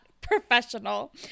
professional